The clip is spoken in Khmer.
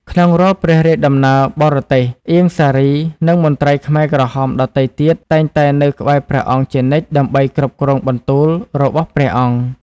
ក្នុងរាល់ព្រះរាជដំណើរបរទេស អៀង សារី និងមន្ត្រីខ្មែរក្រហមដទៃទៀត តែងតែនៅក្បែរព្រះអង្គជានិច្ចដើម្បីគ្រប់គ្រងបន្ទូលរបស់ព្រះអង្គ។